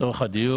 לצורך הדיוק,